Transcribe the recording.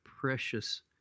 precious